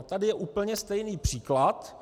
A tady je úplně stejný příklad.